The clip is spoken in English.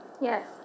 Yes